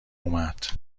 اومد